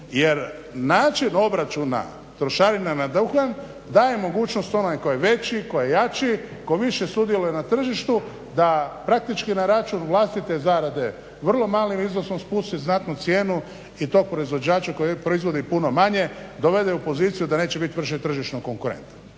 jer način obračuna trošarina na duhan daje mogućnost onome tko je veći, tko je jači, tko više sudjeluje na tržištu, da praktički na račun vlastite zarade vrlo malim iznosom spusti znatnu cijenu i tom proizvođaču koji proizvodi puno manje dovede u poziciju da neće biti više tržišno konkurentan.